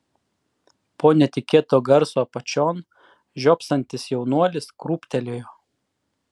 po netikėto garso apačion žiopsantis jaunuolis krūptelėjo